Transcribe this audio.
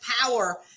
power